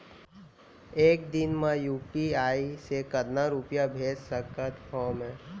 एक दिन म यू.पी.आई से कतना रुपिया भेज सकत हो मैं?